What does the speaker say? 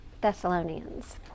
Thessalonians